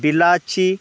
बिलाची